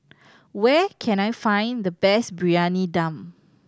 where can I find the best Briyani Dum